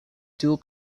dual